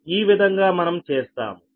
ఈ విధంగా మనం చేస్తాము